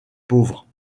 pauvres